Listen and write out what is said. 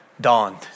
dawned